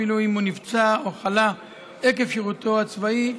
אפילו אם הוא נפצע או חלה עקב שירותו הצבאי,